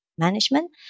management